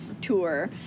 tour